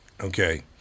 Okay